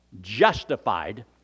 justified